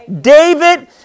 David